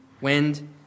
wind